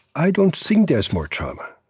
i don't think there's more trauma,